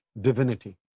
divinity